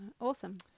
awesome